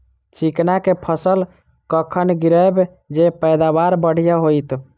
चिकना कऽ फसल कखन गिरैब जँ पैदावार बढ़िया होइत?